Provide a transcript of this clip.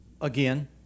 Again